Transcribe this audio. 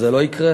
זה לא יקרה,